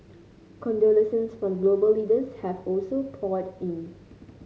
condolences from global leaders have also poured in